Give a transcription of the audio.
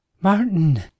Martin